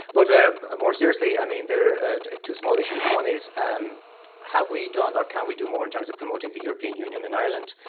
but ah um ah more seriously, i mean, there are two small issues. one is, and have we done, or can we do more in terms of promoting the european union in ireland,